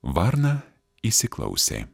varna įsiklausė